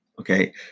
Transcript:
Okay